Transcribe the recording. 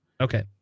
Okay